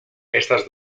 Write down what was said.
estas